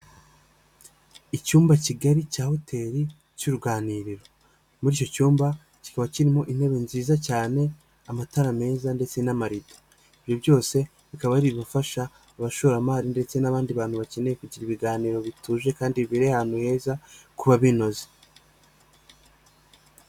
Icyumba kigali cya hotel cy'uruganiriro, muri icyo cyumba kikaba kirimo intebe nziza cyane amatara meza ndetse n'amarido, ibyo byose bikaba ari ugufasha abashoramari ndetse n'abandi bantu bakeneye kugira ibiganiro bituje kandi biri ahantu heza kuba binoze.